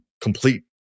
complete